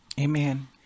amen